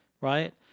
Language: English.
right